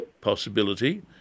possibility